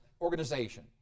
organization